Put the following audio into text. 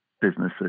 businesses